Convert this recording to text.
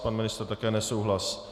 Pan ministr také nesouhlas.